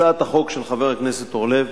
הצעת החוק של חבר הכנסת אורלב